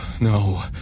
no